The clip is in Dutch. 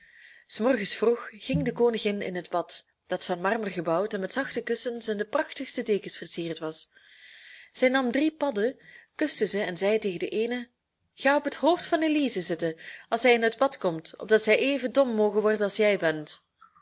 s morgens vroeg ging de koningin in het bad dat van marmer gebouwd en met zachte kussens en de prachtigste dekens versierd was zij nam drie padden kuste ze en zei tegen de eene ga op het hoofd van elize zitten als zij in het bad komt opdat zij even dom moge worden als jij bent